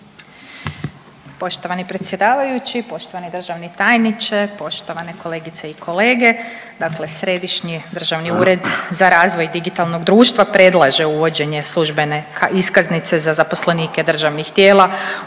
Poštovani predsjedavajući, poštovani državni tajniče, poštovane kolegice i kolege, dakle Središnji državni ured za razvoj digitalnog društva predlaže uvođenje službene iskaznice za zaposlenike državnih tijela u vidu